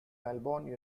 melbourne